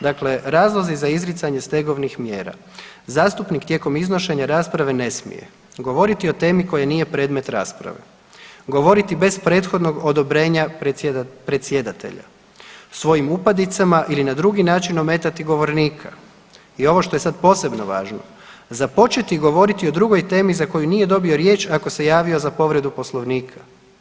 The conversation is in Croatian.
Dakle, razlozi za izricanje stegovnih mjera, zastupnik tijekom iznošenja rasprave ne smije, govoriti o temi koja nije predmet rasprave, govoriti bez prethodnog odobrenja predsjedatelja, svojim upadicama ili na drugi način ometati govornika, i ovo što je sad posebno važno, započeti govoriti o drugoj temi za koju nije dobio riječ, ako se javio za povredu Poslovnika.